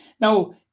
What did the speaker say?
now